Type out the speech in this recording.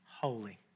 Holy